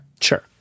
Sure